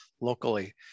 locally